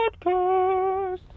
Podcast